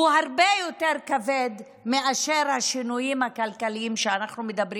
הוא הרבה יותר כבד מאשר השינויים הכלכליים שאנחנו מדברים